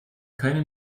keine